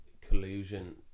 collusion